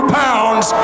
pounds